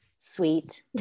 sweet